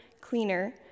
cleaner